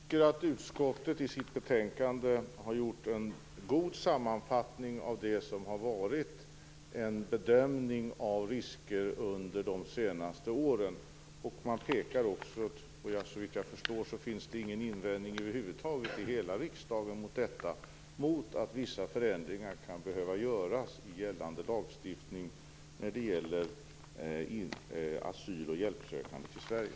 Herr talman! Jag tycker att utskottet i sitt betänkande har gjort en god sammanfattning av bedömningen av riskerna under de senaste åren. Såvitt jag förstår finns det i riksdagen över huvud taget inga invändningar mot att vissa förändringar kan behöva göras i gällande lagstiftning när det gäller asyl och hjälpsökande i Sverige.